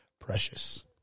precious